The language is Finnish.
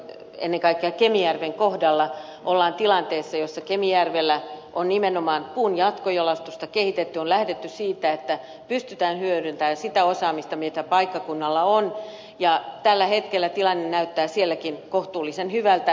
ennen kaikkea kemijärven kohdalla ollaan tilanteessa jossa kemijärvellä on nimenomaan puun jatkojalostusta kehitetty on lähdetty siitä että pystytään hyödyntämään sitä osaamista mitä paikkakunnalla on ja tällä hetkellä tilanne näyttää sielläkin kohtuullisen hyvältä